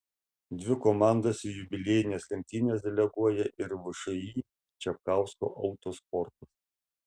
dvi komandas į jubiliejines lenktynes deleguoja ir všį čapkausko autosportas